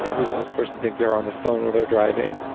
who does this person think they are on the phone while they're driving?